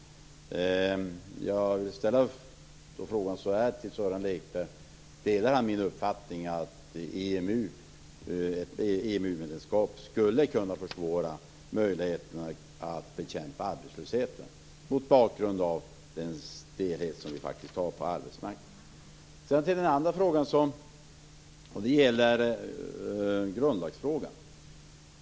Jag undrar om Sören Lekberg delar min uppfattning att ett EMU-medlemskap skulle kunna försvåra möjligheterna att bekämpa arbetslösheten mot bakgrund av den stelhet som vi faktiskt har på arbetsmarknaden. Den andra frågan gäller grundlagen.